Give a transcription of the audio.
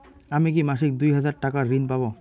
আমি কি মাসিক দুই হাজার টাকার ঋণ পাব?